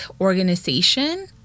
organization